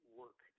work